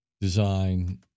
design